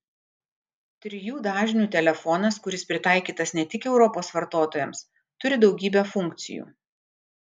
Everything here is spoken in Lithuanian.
trijų dažnių telefonas kuris pritaikytas ne tik europos vartotojams turi daugybę funkcijų